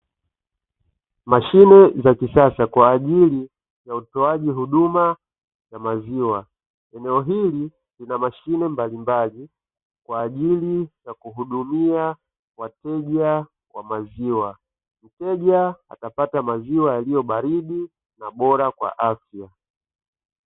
Mashine za kisasa, kwa ajili ya utoaji huduma ya maziwa. Eneo hili lina mashine mbalimbali kwa ajili ya kuhudumia wateja wa maziwa. Mteja atapata maziwa yaliyo baridi na bora kwa afya.